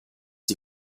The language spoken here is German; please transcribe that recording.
die